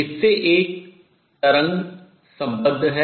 इससे एक तरंग संबद्ध है